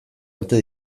urte